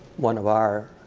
one of our,